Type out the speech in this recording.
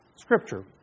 scripture